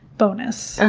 bonus.